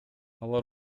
алар